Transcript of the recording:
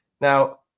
Now